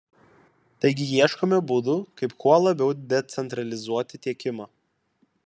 taigi ieškome būdų kaip kuo labiau decentralizuoti tiekimą